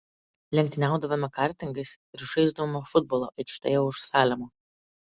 lenktyniaudavome kartingais ir žaisdavome futbolą aikštėje už salemo